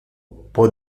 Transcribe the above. può